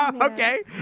Okay